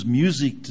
music